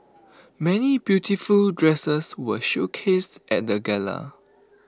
many beautiful dresses were showcased at the gala